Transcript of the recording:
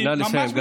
נא לסיים, גדי.